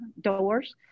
doors